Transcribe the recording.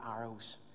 arrows